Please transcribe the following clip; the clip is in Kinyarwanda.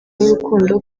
w’urukundo